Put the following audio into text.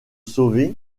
sauver